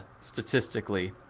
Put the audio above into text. statistically